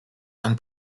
and